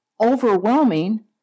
overwhelming